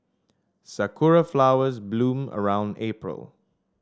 sakura flowers bloom around April